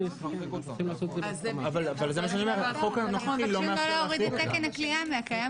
אנחנו מבקשים לא להוריד את תקן הכליאה מהקיים